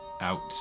out